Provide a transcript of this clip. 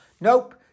Nope